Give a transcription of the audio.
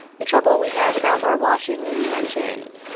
the trouble we had about our washing may be mentioned.